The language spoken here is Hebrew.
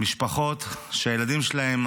משפחות שהילדים שלהן,